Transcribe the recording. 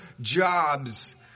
jobs